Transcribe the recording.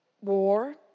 war